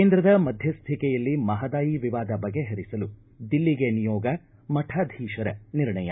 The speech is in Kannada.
ಕೇಂದ್ರದ ಮಧ್ಯಸ್ಥಿಕೆಯಲ್ಲಿ ಮಹದಾಯಿ ವಿವಾದ ಬಗೆಹರಿಸಲು ದಿಲ್ಲಿಗೆ ನಿಯೋಗ ಮಠಾಧೀಶರ ನಿರ್ಣಯ